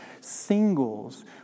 singles